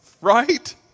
right